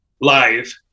Live